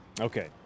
okay